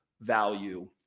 value